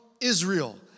Israel